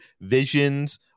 visions